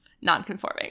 non-conforming